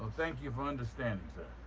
thank you for understanding, sir.